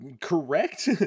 correct